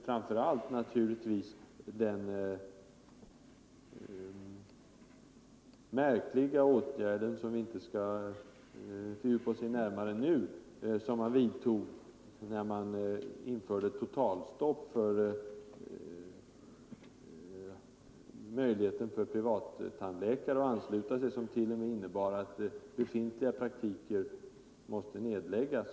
Framför allt tänkte jag på den märkliga åtgärd — vi skall inte fördjupa oss i den nu —- som vidtogs när man införde totalstopp för de privatpraktiserande tandläkarnas möjligheter att ansluta sig till det nya försäkringssystemet. Det innebar att vissa befintliga praktiker måste nedläggas.